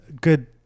good